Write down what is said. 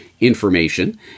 information